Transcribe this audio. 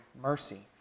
mercy